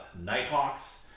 Nighthawks